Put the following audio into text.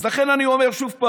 אז לכן אני אומר שוב: